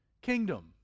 kingdom